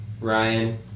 Ryan